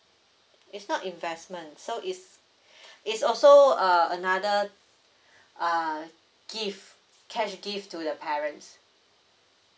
it's not investment so is is also uh another uh gift cash gift to the parents